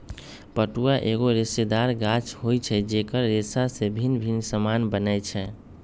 पटुआ एगो रेशेदार गाछ होइ छइ जेकर रेशा से भिन्न भिन्न समान बनै छै